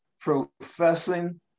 professing